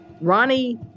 Ronnie